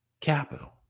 capital